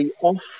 off